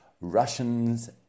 Russians